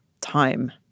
time